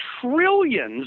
trillions